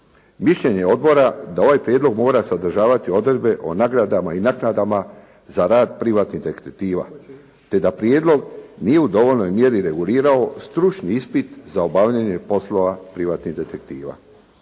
Mišljenje je odbora da ovaj prijedlog mora sadržavati odredbe o nagradama i naknadama za rad privatnog detektiva. Te da prijedlog nije u dovoljnoj mjeri regulirao stručni ispit za obavljanje poslova privatnih detektiva.